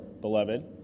beloved